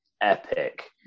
epic